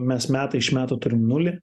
mes metai iš metų turim nulį